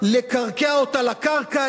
להצמיד אותה לקרקע,